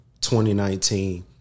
2019